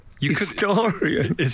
historian